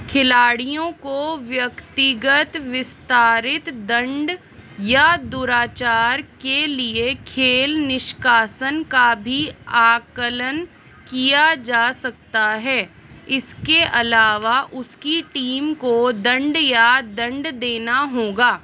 खिलाड़ियों को व्यक्तिगत विस्तारित दंड या दुराचार के लिए खेल निष्कासन का भी आकलन किया जा सकता है इसके अलावा उसकी टीम को दंड या दंड देना होगा